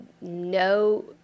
no